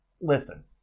listen